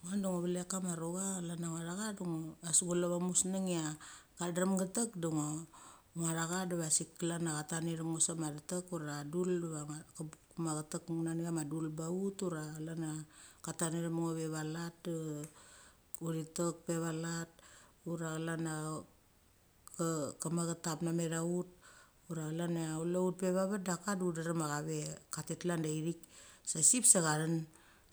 Ngo de ngu velek kama rucha chlan a ngia tha cha da as ngu lu a va museng ia cha drem ke tek, da ngia cha tha diva sik klan a cha thet nethem ngo sama the tek ura dul va cha tek nani ama dul va cha tek nani ama dul baut ura chlan ia, cha tat necha them ngo vevalet de uthi tek be valet, ura chlan cha che tap naunecha ut peva vet duka de utdrem ia chave tha tet klan de ithik sa sip sa chathen.